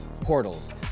portals